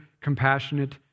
compassionate